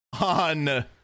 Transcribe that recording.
on